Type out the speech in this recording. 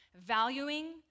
valuing